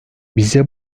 bize